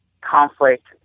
conflict